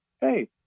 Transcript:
hey